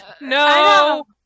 No